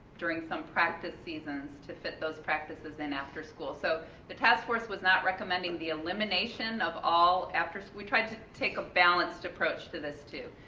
during some practice season, to fit those practice in after school, so the task force was not recommending the elimination of all after school we try to take a balanced approach to this too.